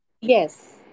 Yes